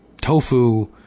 tofu